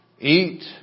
Eat